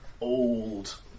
old